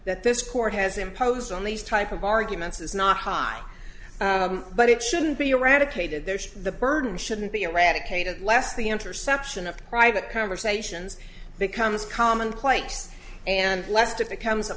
that this court has imposed on these type of arguments is not high but it shouldn't be eradicated there the burden shouldn't be eradicated less the interception of private conversations becomes commonplace and less to becomes a